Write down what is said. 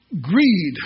Greed